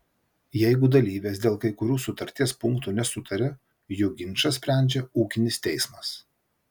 jeigu dalyvės dėl kai kurių sutarties punktų nesutaria jų ginčą sprendžia ūkinis teismas